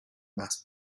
mass